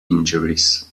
injuries